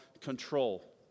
control